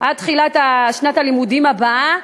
עד תחילת שנת הלימודים הבאה,